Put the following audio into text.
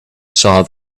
saw